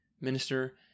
minister